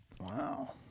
Wow